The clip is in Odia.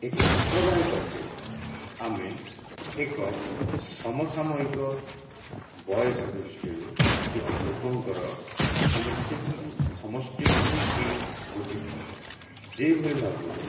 ଏକ ସମ୍ପ୍ରଦାୟ କହିଲେ ଆମେ ଏକ ସମସାମହିକ ବୟସ ଦୃଷ୍ଟିରୁ କିଛି ଲୋକଙ୍କର ସମଷ୍ଟି ସମଷ୍ଟିକୁ ବି ବୁଝିଥାଉ ଯେଉଁଭଳି ଭାବରେ